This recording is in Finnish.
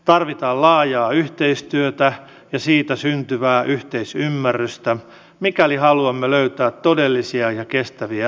tarvitaan laajaa yhteistyötä ja siitä syntyvää yhteisymmärrystä mikäli haluamme löytää todellisia ja kestäviä ratkaisuja